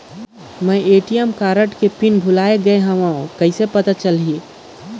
मैं ATM card के PIN भुलाए गे हववं कइसे पता चलही?